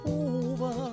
over